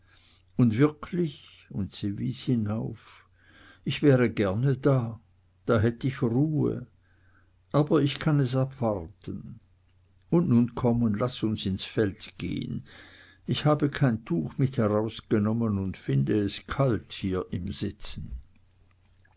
und wirklich und sie wies hinauf ich wäre gerne da da hätt ich ruh aber ich kann es abwarten und nun komm und laß uns ins feld gehn ich habe kein tuch mit herausgenommen und find es kalt hier im stillsitzen